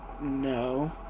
No